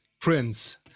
Prince